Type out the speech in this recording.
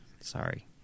Sorry